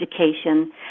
education